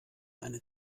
eine